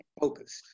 focused